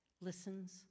listens